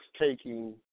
taking